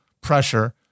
pressure